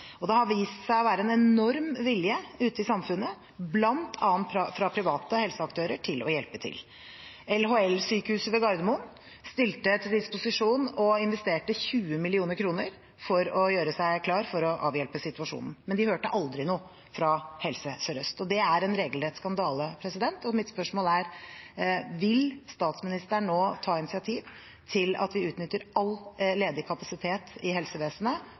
og det har vist seg å være en enorm vilje ute i samfunnet, bl.a. fra private helseaktører, til å hjelpe til. LHL-sykehuset ved Gardermoen stilte seg til disposisjon og investerte 20 mill. kr for å gjøre seg klar til å avhjelpe situasjonen, men de hørte aldri noe fra Helse Sør-Øst. Det er en regelrett skandale. Mitt spørsmål er: Vil statsministeren nå ta initiativ til at vi utnytter all ledig kapasitet i helsevesenet